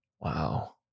Wow